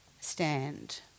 stand